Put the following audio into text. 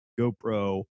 GoPro